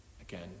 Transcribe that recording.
again